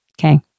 Okay